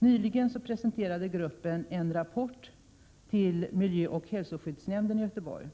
Nyligen presenterade gruppen en rapport till miljöoch hälsoskyddsnämnden i Göteborg.